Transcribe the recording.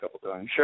Sure